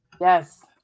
Yes